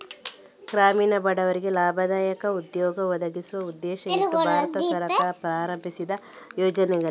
ಗ್ರಾಮೀಣ ಬಡವರಿಗೆ ಲಾಭದಾಯಕ ಉದ್ಯೋಗ ಒದಗಿಸುವ ಉದ್ದೇಶ ಇಟ್ಟು ಭಾರತ ಸರ್ಕಾರವು ಪ್ರಾರಂಭಿಸಿದ ಯೋಜನೆಗಳಿವೆ